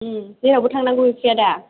जेरावबो थांनांगौ गैखाया दा